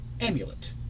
amulet